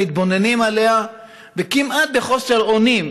מתבוננים עליה כמעט בחוסר אונים.